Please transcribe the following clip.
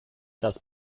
das